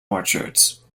orchards